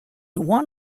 one